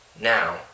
now